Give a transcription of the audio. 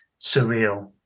surreal